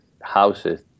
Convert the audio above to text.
houses